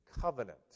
covenant